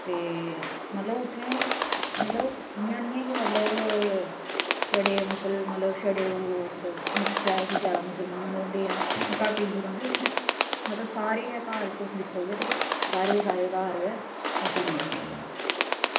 ते मतलब उत्थें मतलब इंया निं ऐ की मतलब छड़े मतलब छड़े ओह् मतलब मिक्स ऐ छड़े मुसलमान रौहंदे जां घट्ट हिंदु रौहंदे उत्थें मतलब सारे गै घर तुस दिक्खो गे ते सारे गै सारे घर गै मुसलमान दे न